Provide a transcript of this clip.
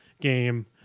game